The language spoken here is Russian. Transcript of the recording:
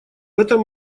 этом